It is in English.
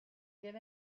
get